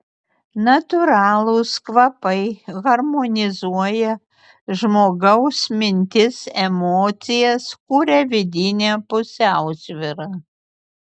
natūralūs kvapai harmonizuoja žmogaus mintis emocijas kuria vidinę pusiausvyrą